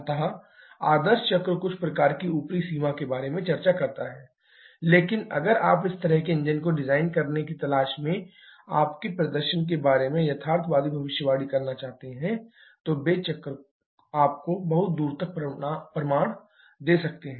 अतः आदर्श चक्र कुछ प्रकार की ऊपरी सीमा के बारे में चर्चा करता है लेकिन अगर आप इस तरह के इंजन को डिजाइन करने की तलाश में आप के प्रदर्शन के बारे में यथार्थवादी भविष्यवाणी प्राप्त करना चाहते हैं तो वे चक्र आपको बहुत दूर तक परिणाम दे सकते हैं